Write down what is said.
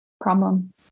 problem